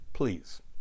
Please